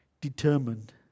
determined